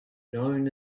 known